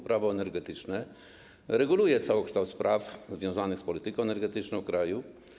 Prawo energetyczne reguluje całokształt spraw związanych z polityką energetyczną w kraju.